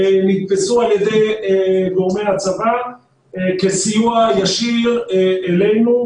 נתפסו על ידי גורמי הצבא כסיוע ישיר לנו.